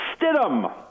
Stidham